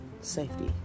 safety